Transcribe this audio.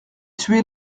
tuer